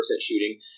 shooting